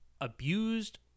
abused